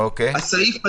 הסעיף הזה,